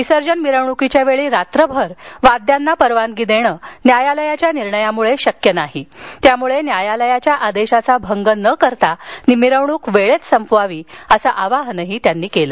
विसर्जन मिरवणुकीवेळी रात्रभर वाद्यांना परवानगी देणं न्यायालयाच्या निर्णयामुळं शक्य नाही त्यामुळं न्यायालयाच्या आदेशाचा भंग न करता मिरवणूक वेळेत संपवावी असं आवाहनही त्यांनी केलं